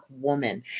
woman